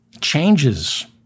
Changes